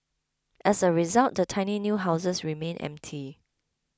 as a result the tiny new houses remained empty